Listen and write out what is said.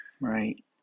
Right